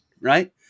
Right